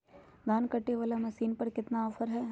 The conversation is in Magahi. धान कटे बाला मसीन पर कतना ऑफर हाय?